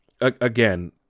again